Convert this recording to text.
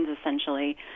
essentially